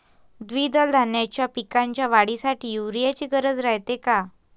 द्विदल धान्याच्या पिकाच्या वाढीसाठी यूरिया ची गरज रायते का?